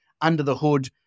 under-the-hood